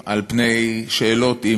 בשאלות,